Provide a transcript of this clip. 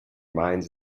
minds